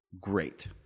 great